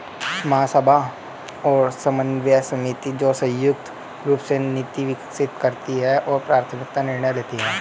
महासभा और समन्वय समिति, जो संयुक्त रूप से नीति विकसित करती है और प्राथमिक निर्णय लेती है